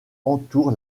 entoure